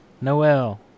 Noel